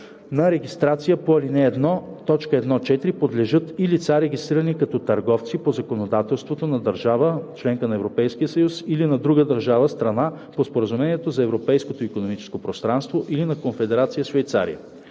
На регистрация по ал. 1, т. 1 – 4 подлежат и лица, регистрирани като търговци по законодателството на държава –членка на Европейския съюз, или на друга държава – страна по Споразумението за Европейското икономическо пространство, или на Конфедерация Швейцария.